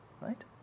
Right